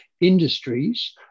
industries